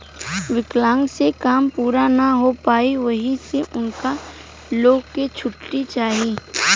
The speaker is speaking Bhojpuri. विकलांक से काम पूरा ना हो पाई ओहि से उनका लो के छुट्टी चाही